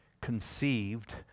conceived